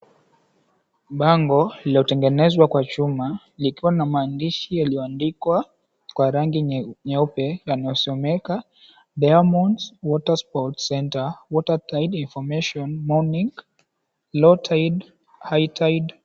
Bango lililotengenezwa kwa chuma likiwa na maandishi yaliyoandikwa kwa rangi nyeupe yanayosomeka, Diamonds Water Sports Center, Water Tide Information, Morning, Low Tide, High Tide.